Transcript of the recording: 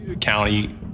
County